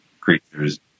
creatures